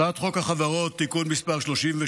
הנושא הבא על סדר-היום: הצעת חוק החברות (תיקון מס' 38),